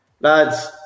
Lads